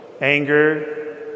anger